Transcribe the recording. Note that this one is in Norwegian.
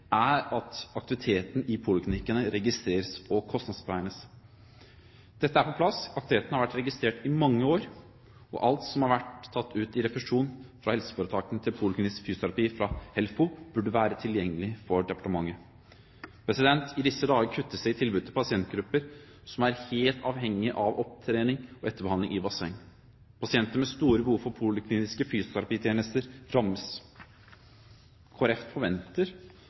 mange år, og alt som har vært tatt ut i refusjon fra helseforetakene til poliklinisk fysioterapi fra HELFO, burde være tilgjengelig for departementet. I disse dager kuttes det i tilbudet til pasientgrupper som er helt avhengig av opptrening og etterbehandling i basseng. Pasienter med store behov for polikliniske fysioterapitjenester rammes. Kristelig Folkeparti forventer